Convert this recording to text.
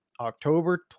October